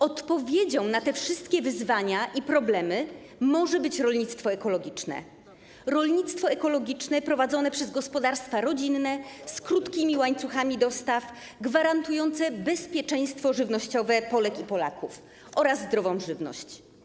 Odpowiedzią na te wszystkie wyzwania i problemy może być rolnictwo ekologiczne, rolnictwo ekologiczne prowadzone przez gospodarstwa rodzinne, z krótkimi łańcuchami dostaw, gwarantujące bezpieczeństwo żywnościowe Polek i Polaków oraz zdrową żywność.